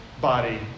body